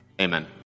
Amen